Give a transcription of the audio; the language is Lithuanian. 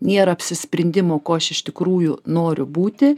nėra apsisprendimo ko aš iš tikrųjų noriu būti